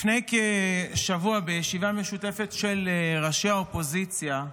לפני כשבוע, בישיבה משותפת של ראשי האופוזיציה,